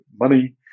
money